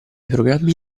programmi